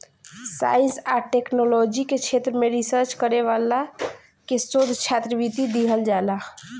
science आ technology के क्षेत्र में रिसर्च करे वाला के शोध छात्रवृत्ति दीहल जाला